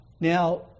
Now